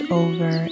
over